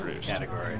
category